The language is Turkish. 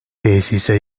tesise